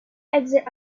exit